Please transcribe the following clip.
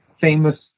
famous